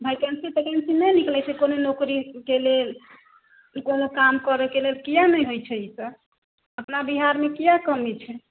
vacancy तैकेन्सी नहि निकलै छै कोनो नौकरीके लेल कोनो काम करऽके लेल किएक नहि होइ छै तऽ अपना बिहारमे किएक कमी छै